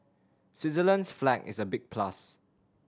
Switzerland's flag is a big plus